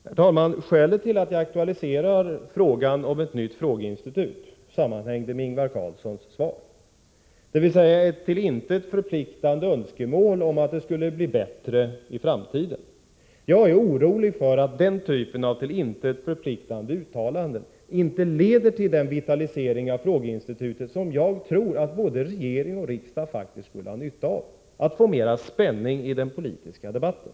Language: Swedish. Herr talman! Skälet till att jag aktualiserade frågan om ett nytt frågeinsti Tisdagen den tut sammanhänger med Ingvar Carlssons svar, dvs. ett till intet förpliktande —& november 1984 önskemål om att det skall bli bättre i framtiden. Jag är orolig för att den typen av till intet förpliktande uttalanden inte leder till den vitalisering av — Om hemarbete vid frågeinstitutet som jag tror att både regering och riksdag faktiskt skulle ha dataterminaler som nytta av genom att den ger mera spänning i den politiska debatten.